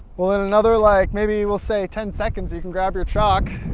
well in another like maybe. we'll say ten seconds you can grab your chalk.